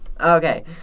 Okay